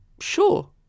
sure